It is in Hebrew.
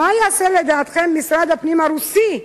מה יעשה, לדעתכם, משרד הפנים הרוסי,